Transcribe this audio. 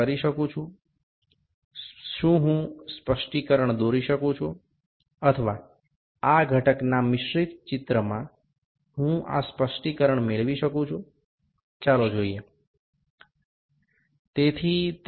আমি কি বৈশিষ্ট্যগুলি আঁকতে পারি অথবা এই মিশ্র উপকরণটির ছবিটিতে সমস্ত বৈশিষ্ট্যগুলি ফুটিয়ে তুলতে পারি